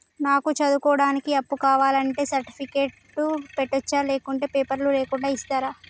నాకు చదువుకోవడానికి అప్పు కావాలంటే సర్టిఫికెట్లు పెట్టొచ్చా లేకుంటే పేపర్లు లేకుండా ఇస్తరా?